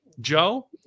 Joe